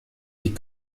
die